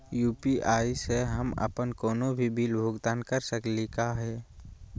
UPI स हम अप्पन कोनो भी बिल भुगतान कर सकली का हे?